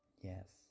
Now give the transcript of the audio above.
Yes